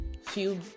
feel